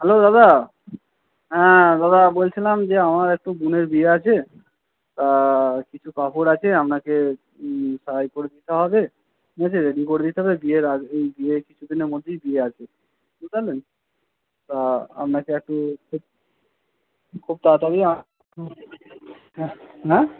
hello দাদা হ্যাঁ দাদা বলছিলাম যে আমার একটু বোনের বিয়ে আছে তা কিছু কাপড় আছে আপনাকে সারাই করে দিতে হবে ঠিক আছে রেডি করে দিতে হবে বিয়ের আগে এই বিয়ের কিছু দিনের মধ্যেই বিয়ে আছে বুঝতে পারলেন তা আপনাকে একটু খুব তাড়াতাড়ি হ্যাঁ